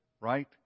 right